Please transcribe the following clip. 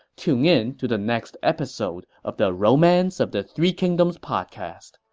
tune in to the next episode of the romance of the three kingdoms podcast.